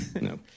no